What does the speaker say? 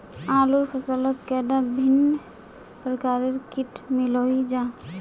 आलूर फसलोत कैडा भिन्न प्रकारेर किट मिलोहो जाहा?